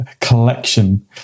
collection